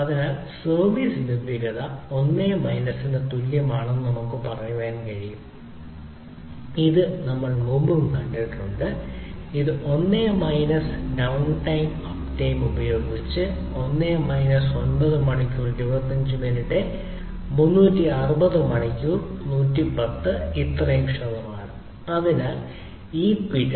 അതിനാൽ സർവീസ് ലഭ്യത 1 മൈനസിന് തുല്യമാണെന്ന് നമുക്ക് പറയാൻ കഴിയും ഇത് നമ്മൾ മുമ്പും കണ്ടിട്ടുണ്ട് ഇത് 1 മൈനസ് ഡൌൺടൈം അപ്ടൈം ഉപയോഗിച്ച് 1 മൈനസ് 9 മണിക്കൂർ 25 മിനിറ്റ് 360 മണിക്കൂർ 100 ഇത്രയും ശതമാനം അതിനാൽ ഈ പിഴ